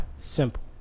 Simple